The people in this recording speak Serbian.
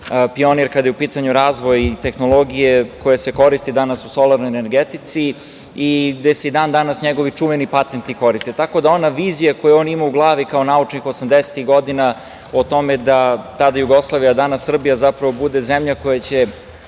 pionir kada je u pitanju razvoj tehnologije koja se koristi danas u solarnoj energetici i gde se i dan danas njegovi čuveni patenti koriste. Tako da ona vizija koju je on imao u glavi kao naučnik osamdesetih godina o tome da tada Jugoslavija, a danas Srbija prvo bude zemlja koja će